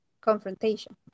confrontation